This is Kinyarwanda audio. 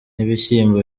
n’ibishyimbo